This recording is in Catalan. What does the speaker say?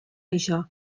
això